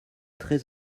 très